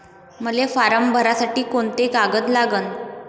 मले फारम भरासाठी कोंते कागद लागन?